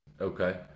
Okay